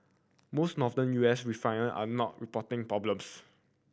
most Northern U S refiner are not reporting problems